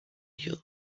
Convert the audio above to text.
you